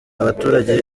abaturage